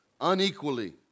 unequally